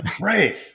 Right